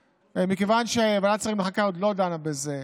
מכיוון שוועדת שרים לחקיקה עוד לא דנה בזה,